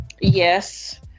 Yes